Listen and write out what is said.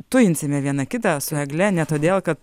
tuinsime viena kitą su egle ne todėl kad